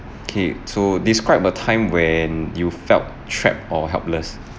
okay so describe a time when you felt trapped or helpless